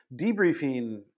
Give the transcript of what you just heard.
debriefing